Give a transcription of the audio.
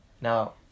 Now